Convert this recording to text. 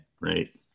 right